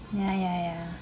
yeah yeah yeah